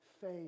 faith